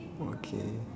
okay